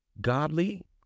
godly